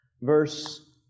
verse